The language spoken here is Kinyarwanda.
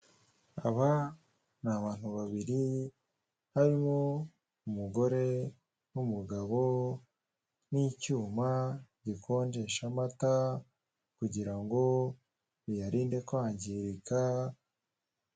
Inzu y'ubucuruzi bugezweho, irimo akabati gasa umweru gafite ububiko bugera kuri butanu bugiye butandukanye, buri bubiko bukaba burimo ibicuruzwa bigiye bitandukanye